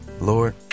Lord